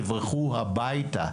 יברחו הביתה.